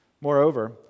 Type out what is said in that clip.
Moreover